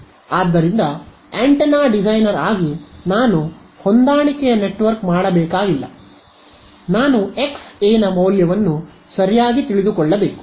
ಆದ್ದರಿಂದ antenna designer ಆಗಿ ನಾನು ಹೊಂದಾಣಿಕೆಯ ನೆಟ್ವರ್ಕ್ ಮಾಡಬೇಕಾಗಿಲ್ಲ ನಾನು ಎಕ್ಸ್ ಎ ನ ಮೌಲ್ಯವನ್ನು ಸರಿಯಾಗಿ ತಿಳಿದುಕೊಳ್ಳಬೇಕು